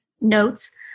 notes